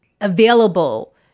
Available